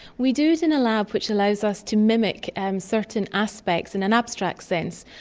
we do it in a lab which allows us to mimic and certain aspects, in an abstract sense,